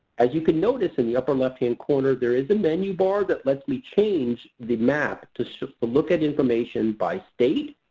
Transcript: as you can notice in the upper left-hand corner there is a menu bar that lets me change the map to so look at information by state,